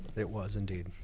it was indeed.